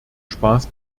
spaß